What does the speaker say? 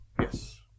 Yes